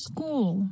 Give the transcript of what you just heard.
School